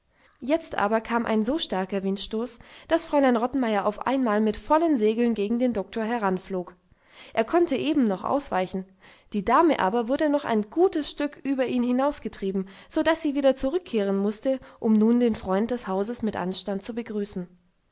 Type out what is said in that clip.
jetzt aber kam ein so starker windstoß daß fräulein rottenmeier auf einmal mit vollen segeln gegen den doktor heranflog er konnte eben noch ausweichen die dame aber wurde noch ein gutes stück über ihn hinausgetrieben so daß sie wieder zurückkehren mußte um nun den freund des hauses mit anstand zu begrüßen